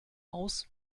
aus